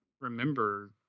remember